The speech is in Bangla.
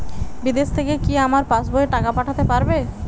বিদেশ থেকে কি আমার পাশবইয়ে টাকা পাঠাতে পারবে?